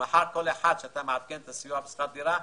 שמחר כל אחד שאתה מארגן את הסיוע בשכר דירה,